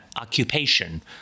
occupation